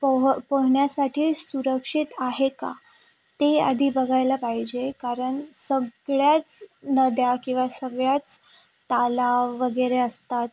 पोव्ह पोहण्यासाठी सुरक्षित आहे का ते आधी बघायला पाहिजे कारण सगळ्याच नद्या किंवा सगळ्याच तलाव वगैरे असतात